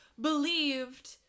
believed